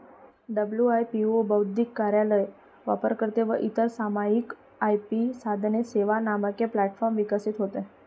WIPO बौद्धिक कार्यालय, वापरकर्ते व इतर सामायिक आय.पी साधने, सेवा, मानके प्लॅटफॉर्म विकसित होते